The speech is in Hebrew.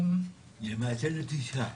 למעשה זאת נטישה.